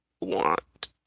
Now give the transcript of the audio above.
want